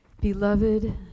Beloved